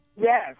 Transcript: Yes